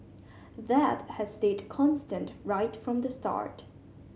that has stayed constant right from the start